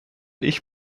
ich